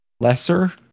lesser